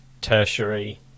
tertiary